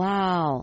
Wow